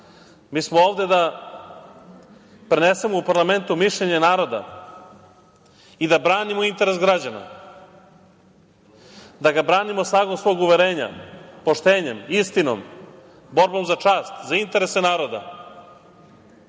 mi smo ovde da prenesemo u parlamentu mišljenje naroda i da branimo interes građana, da ga branimo snagom svog uverenja, poštenjem, istinom, borbom za čast, za interese naroda,